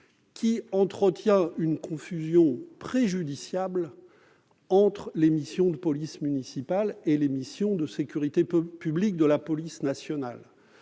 qui entretient une confusion préjudiciable entre les missions de police municipale et les missions de sécurité publique de la police nationale.